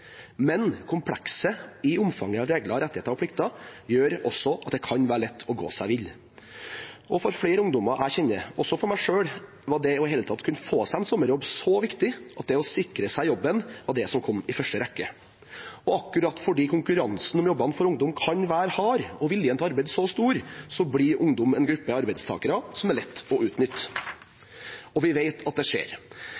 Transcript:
men komplekset i omfanget av regler, rettigheter og plikter gjør at det kan være lett å gå seg vill. For flere ungdommer jeg kjenner, også for meg selv, var det i det hele tatt å kunne få seg en sommerjobb så viktig at det å sikre seg jobben var det som kom i første rekke. Og akkurat fordi konkurransen om jobbene for ungdom kan være hard og viljen til arbeid så stor, blir ungdom en gruppe arbeidstakere som er lette å utnytte.